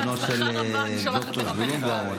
בנו של ד"ר זבולון בוארון,